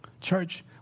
Church